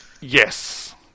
Yes